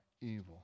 evil